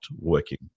working